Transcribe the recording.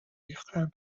ریختن